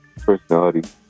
personality